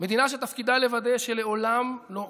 מדינה שתפקידה לוודא שלעולם לא עוד,